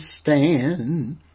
stand